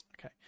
Okay